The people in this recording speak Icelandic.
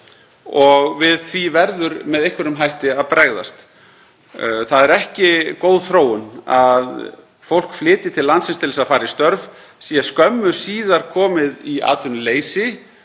Við því verður með einhverjum hætti að bregðast. Það er ekki góð þróun að fólk flytji til landsins til að fara í störf, sé skömmu síðar komið í atvinnuleysi